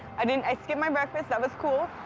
i didn't i skipped my breakfast that was cool.